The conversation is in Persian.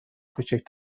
کوچک